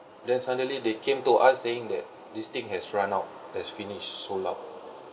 then suddenly they came to us saying that this thing has run out that's finished so loud